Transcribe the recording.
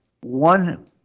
one